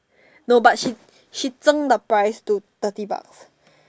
no but she she 增 the price to thirty bucks